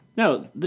No